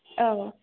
औ